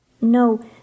No